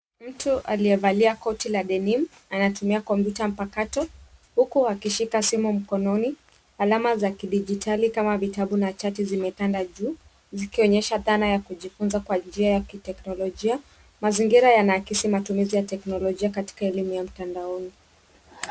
Mtu aliyevalia koti la Denim, anatumia kompyuta mpakato huku akishika simu mkononi. Alama za kidijitali kama vitabu na chati zimetanda juu. Zikionyesha dhana ya kujifunza kwa njia ya kiteknolojia. Mazingira yanaakisi matumizi ya teknolojia katika elimu ya mtandaoni.